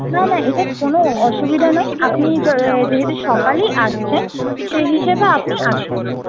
না না এটা কোনো অসুবিধা নয় আপনি যেহেতু সকালেই আসছেন সেই হিসাবে আপনি আসুন